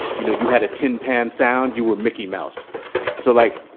you know, you had a tin pan sound, you were mickey mouse so, like,